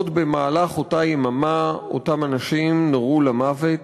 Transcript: עוד במהלך אותה יממה אותם אנשים נורו למוות,